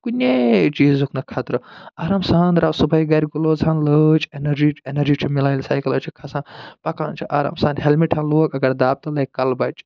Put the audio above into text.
کُنے چیٖزُک نہٕ خطرٕ آرام سان درٛاو صُبحٲے گَرِ گُلوز ہن لٲج اٮ۪نرجی اٮ۪نرجی چھِ مِلان ییٚلہِ سایکَلس چھِ کھسان پَکان چھِ آرام سان ہٮ۪لمِٹ ہن لوگ اگر دب تہِ لَگہِ کلہٕ بچہِ